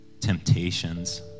temptations